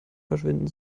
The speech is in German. verschwinden